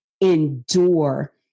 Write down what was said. Endure